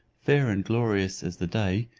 fair and glorious as the day,